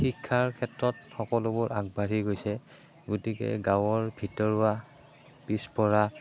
শিক্ষাৰ ক্ষেত্ৰত সকলোবোৰ আগবাঢ়ি গৈছে গতিকে গাঁৱৰ ভিতৰুৱা পিছপৰা